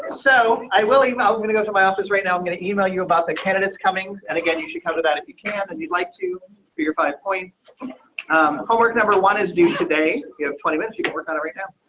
so i will email gonna go to my office right now i'm going to email you about the candidates coming. and again, you should come to that. if you can't, then you'd like to be your five points homework. number one is do today you have twenty minutes you can work on every time.